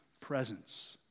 presence